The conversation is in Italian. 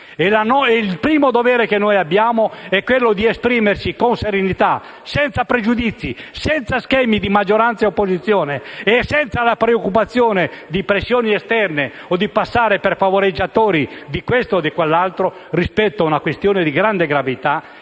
Il primo dovere che abbiamo è quello di esprimerci con serenità, senza pregiudizi e schemi di maggioranza e opposizione e senza la preoccupazione di pressioni esterne o passate per favoreggiatori di questo o quell'altro, rispetto a una questione di grande gravità